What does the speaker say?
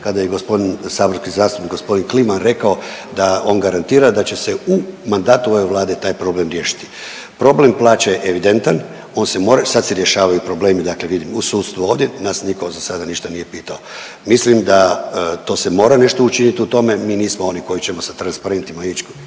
kada je g. saborski zastupnik g. Kliman rekao da on garantira da će se u mandatu ove Vlade taj problem riješiti. Problem plaće je evidentan, on se mora, sad se rješavaju problemi, dakle vidimo u sudstvu ovdje, nas niko za sada ništa nije pitao. Mislim da to se mora nešto učinit u tome, mi nismo oni koji ćemo sa transparentima ić